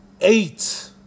eight